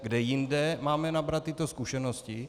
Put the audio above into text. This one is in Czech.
Kde jinde máme nabrat tyto zkušenosti?